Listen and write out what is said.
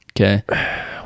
okay